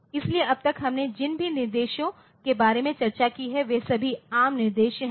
इसलिए अब तक हमने जिन भी निर्देशों के बारे में चर्चा की है वे सभी एआरएम निर्देश हैं